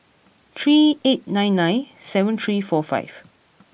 three eight nine nine seven three four five